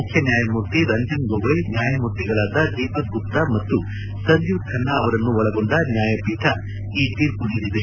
ಮುಖ್ಯನ್ಹಾಯಮೂರ್ತಿ ರಂಜನ್ ಗೊಗೊಯ್ ನ್ಹಾಯಮೂರ್ತಿಗಳಾದ ದೀಪಕ್ ಗುಪ್ತ ಮತ್ತು ಸಂಜೀವ್ ಖನ್ನಾ ಅವರನ್ನು ಒಳಗೊಂಡ ನ್ಯಾಯಪೀಠ ಈ ತೀರ್ಮ ನೀಡಿದೆ